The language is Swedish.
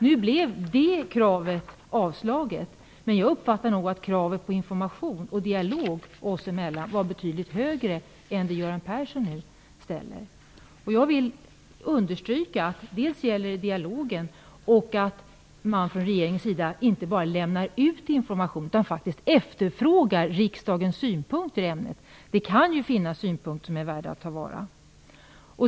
Nu blev vårt krav avslaget, men jag uppfattar nog att kravet på information och dialog var betydligt större än det som Göran Persson nu gör gällande. Jag vill understryka vikten av en dialog och att regeringen inte bara skall lämna ut information utan faktiskt också skall efterfråga riksdagens synpunkter i ämnet. Det kan ju finnas synpunkter som är värda att ta till vara.